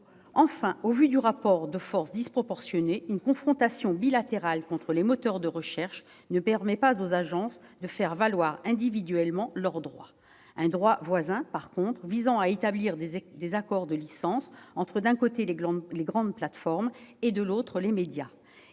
Enfin, au vu du rapport de force disproportionné, une confrontation bilatérale entre les agences et les moteurs de recherche ne permettrait pas aux agences de faire valoir individuellement leurs droits. En revanche, un droit voisin qui viserait à établir des accords de licence entre, d'un côté, les grandes plateformes et, de l'autre, les médias,